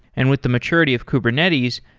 and with the maturity of kubernetes,